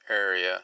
area